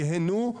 ייהנו,